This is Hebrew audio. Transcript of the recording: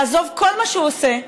לעזוב כל מה שהוא עושה,